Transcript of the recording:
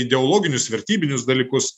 ideologinius vertybinius dalykus